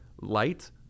light